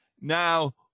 Now